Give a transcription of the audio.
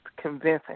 convincing